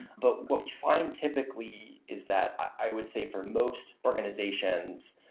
but what we find typically is that, i would say, for most organizations,